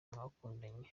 mwakundanye